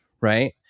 Right